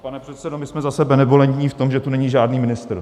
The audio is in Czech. Pane předsedající, my jsme zase benevolentní v tom, že tu není žádný ministr.